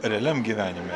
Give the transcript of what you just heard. realiam gyvenime